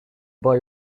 buy